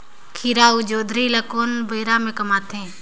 खीरा अउ जोंदरी ल कोन बेरा म कमाथे?